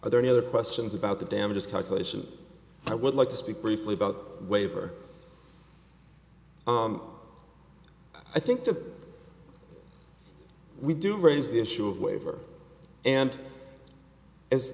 are there any other questions about the damages calculation i would like to speak briefly about waiver i think that we do raise the issue of waiver and as